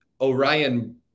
Orion